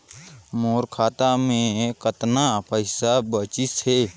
मोर खाता मे कतना पइसा बाचिस हे?